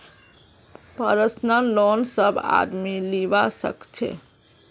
personal loan सब आदमी लीबा सखछे